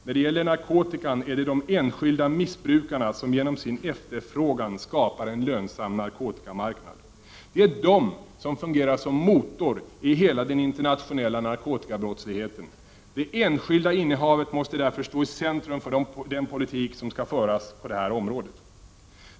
När det gäller narkotikan är det de enskilda missbrukarna som genom sin efterfrågan skapar en lönsam narkotikamarknad. Det är de som fungerar som motor i hela den internationella narkotikabrottsligheten. Det enskilda innehavet måste därför stå i centrum för den politik som skall föras på det här området.